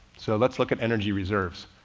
so let's look at energy reserves.